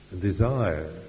desire